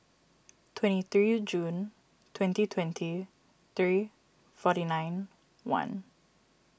twenty three June twenty twenty three forty nine one